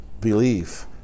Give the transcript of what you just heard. believe